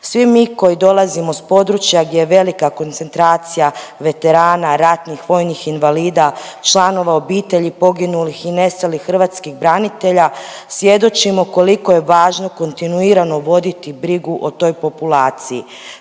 Svi mi koji dolazimo sa područja gdje je velika koncentracija veterana, ratnih vojnih invalida, članova obitelji poginulih i nestalih hrvatskih branitelja svjedočimo koliko je važno kontinuirano voditi brigu o toj populaciji,